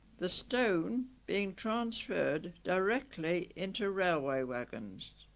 the stone being transferred directly into railway wagons